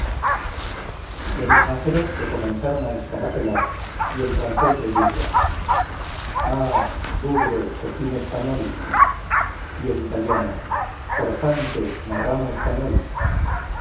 los estranjeros se comenzaron a escarapelar y el francés le dijo ah bugre coquín español y el italiano forfante marrano español